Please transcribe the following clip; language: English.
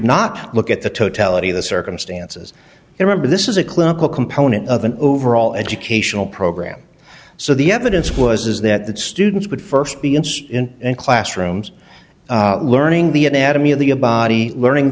not look at the totality of the circumstances there are but this is a clinical component of an overall educational program so the evidence was is that the students would first be in in classrooms learning the anatomy of the a body learning